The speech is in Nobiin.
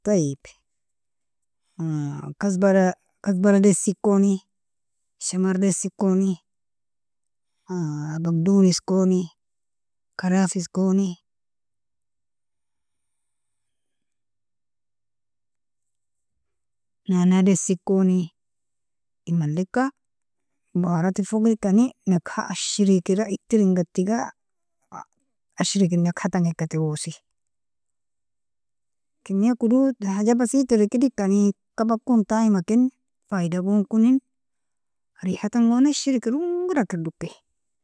Taieb kazbara dasi koni, shamar dasi koni, bagdonis koni, karafis koni, nana dasi koni inmaleka boharatil foga edirkani nakaha shrikera iter ingatiga shriker nakaha tanga ekaterosi kmia kodod haja basit trik edirkani kabakon taamaken faidagoon konin rihatangoon shriker ungeraker dokey.